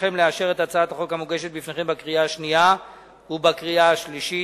אבקשכם לאשר את הצעת החוק המוגשת בפניכם בקריאה שנייה ובקריאה שלישית.